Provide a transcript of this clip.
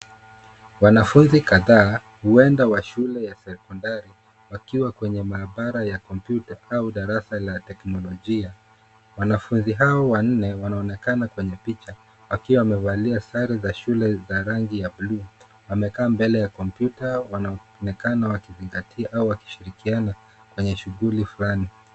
Wanafunzi kadhaa huenda wa shule ya sekondari wakiwa kwenye mahabara ya kompyuta au darasa la teknolojia. Wanafunzi hao wanne wanaonekana kwenye picha wakiwa wamevalia sare za shule za rangi ya buluu wamekaa mbele ya kompyuta wanaonekana wakizingatia au wakishirikiana kwenye shughuli fulani.